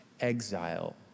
exile